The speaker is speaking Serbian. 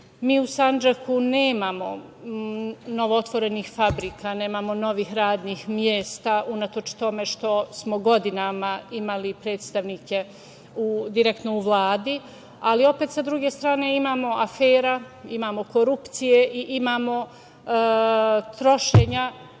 mi u Sandžaku nemamo novootvorenih fabrika, nemamo novih radnih mesta, unatoč tome što smo godinama imali predstavnike direktno u Vladi, ali, opet, sa druge strane imamo afera, korupcije i imamo trošenje,